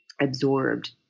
absorbed